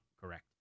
correct